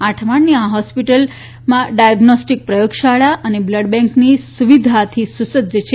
આઠ માળની આ હોસ્પિટલ ડાયઝ્નોસ્ટીક્સ પ્રયોગશાળા અને બ્લડ બેન્ક ની સુવિધાથી સજ્જ છે